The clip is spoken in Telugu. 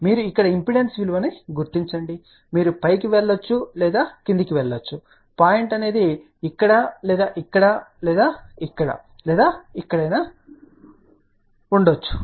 మీరు ఇక్కడ ఇంపిడెన్స్ విలువను గుర్తించండి మీరు పైకి వెళ్ళవచ్చు లేదా మీరు క్రిందికి వెళ్ళవచ్చు పాయింట్ ఇక్కడ లేదా ఇక్కడ లేదా ఇక్కడ లేదా ఇక్కడ కావచ్చు